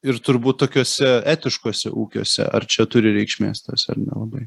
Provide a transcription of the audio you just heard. ir turbūt tokiuose etiškuose ūkiuose ar čia turi reikšmės tas ar nelabai